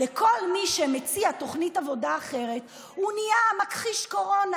דרך אגב, זה מופיע בדוח של הנציבות לשוויון